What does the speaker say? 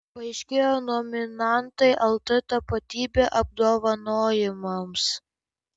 paaiškėjo nominantai lt tapatybė apdovanojimams